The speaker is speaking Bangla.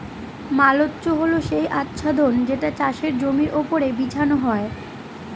মালচ্য হল সেই আচ্ছাদন যেটা চাষের জমির ওপর বিছানো হয়